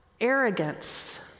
Arrogance